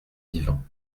vivant